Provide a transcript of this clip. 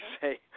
say